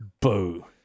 Boo